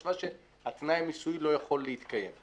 חשבה שתנאי המיסוי לא יכול להתקיים.